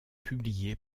publiée